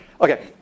Okay